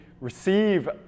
receive